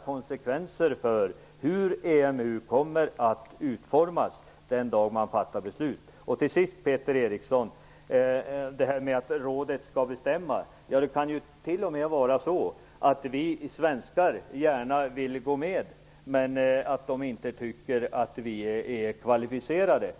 få konsekvenser för hur EMU kommer att utformas den dag man fattar beslut. Till sist skall jag säga något om det här med att rådet skall bestämma. Det kan t.o.m. bli så att vi svenskar gärna vill gå med men att de inte tycker att vi är kvalificerade.